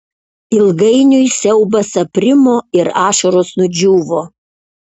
ilgainiui siaubas aprimo ir ašaros nudžiūvo